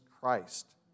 Christ